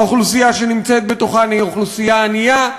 והאוכלוסייה שנמצאת בתוכן היא אוכלוסייה ענייה.